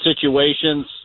situations